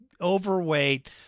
overweight